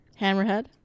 hammerhead